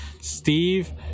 Steve